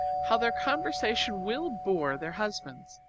how their conversation will bore their husbands,